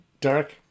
Derek